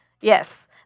Yes